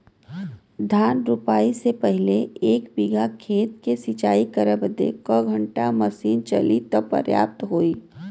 धान रोपाई से पहिले एक बिघा खेत के सिंचाई करे बदे क घंटा मशीन चली तू पर्याप्त होई?